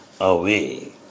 away